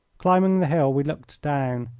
climbing the hill we looked down,